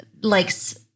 likes